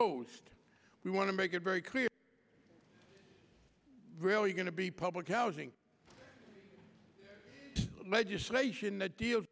host we want to make it very clear really going to be public housing legislation the deal